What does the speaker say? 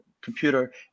computer